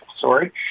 sorry